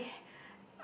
somebody